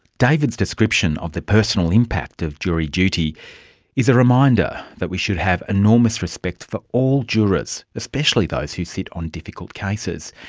david's description of the personal impact of jury duty is a reminder that we should have enormous respect for all jurors, especially those who sit on difficult cases.